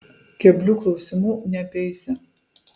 keblių klausimų neapeisi